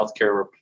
healthcare